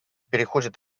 переходит